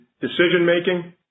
decision-making